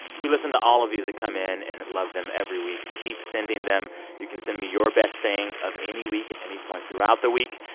we listen to all of these that come in and love them every week. keep sending them. you can send me your best thing of any week at any point throughout the week.